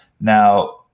Now